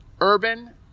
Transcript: Urban